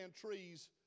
trees